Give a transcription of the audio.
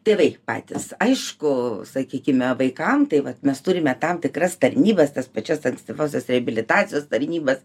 tėvai patys aišku sakykime vaikam tai vat mes turime tam tikras tarnybas tas pačias ankstyvosios reabilitacijos tarnybas